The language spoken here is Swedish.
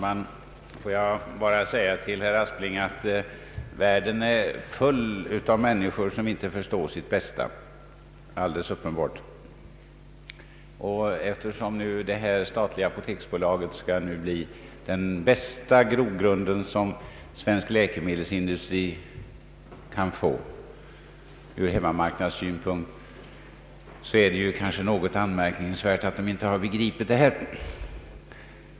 Herr talman! Får jag säga till herr Aspling att världen är full av människor som inte förstår sitt bästa. Det är alldeles uppenbart. Eftersom det statliga apoteksbolaget nu skall bli den bästa grogrund som svensk läkemedelsindustri kan få från hemmamarknadssynpunkt, är det något anmärkningsvärt att den inte begripit detta.